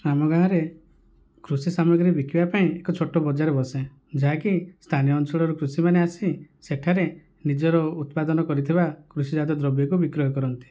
ଆମ ଗାଁରେ କୃଷି ସାମଗ୍ରୀ ବିକିବା ପାଇଁ ଏକ ଛୋଟ ବଜାର ବସେ ଯାହାକି ସ୍ଥାନୀୟ ଅଞ୍ଚଳର କୃଷିମାନେ ଆସି ସେଠାରେ ନିଜର ଉତ୍ପାଦନ କରିଥିବା କୃଷି ଜାତୀୟ ଦ୍ରବ୍ୟକୁ ବିକ୍ରୟ କରନ୍ତି